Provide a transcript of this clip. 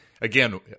again